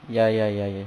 ya ya ya ya